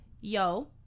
yo